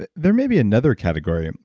but there maybe another category, um